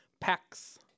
packs